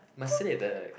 must say that like